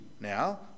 now